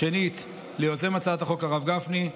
שנית ליוזם הצעת החוק הרב גפני.